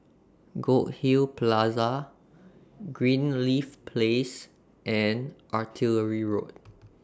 Goldhill Plaza Greenleaf Place and Artillery Road